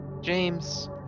James